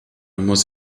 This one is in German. muss